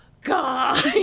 God